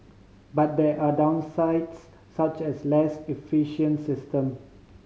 but there are downsides such as less efficient system